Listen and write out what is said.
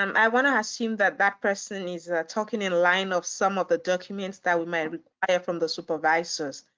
um i want to assume that, that person is talking in line of some of the documents that we may hear from the supervisors.